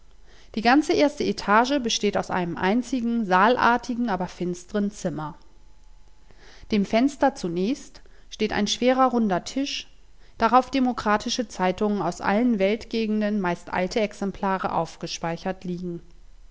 die ganze erste etage besteht aus einem einzigen saalartigen aber finstren zimmer dem fenster zunächst steht ein schwerer runder tisch darauf demokratische zeitungen aus allen weltgegenden meist alte exemplare aufgespeichert liegen